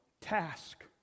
task